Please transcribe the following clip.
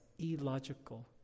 illogical